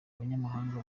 abanyamahanga